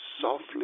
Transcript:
softly